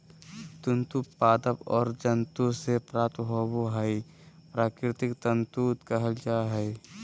तंतु पादप और जंतु से प्राप्त होबो हइ प्राकृतिक तंतु कहल जा हइ